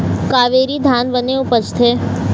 कावेरी धान बने उपजथे?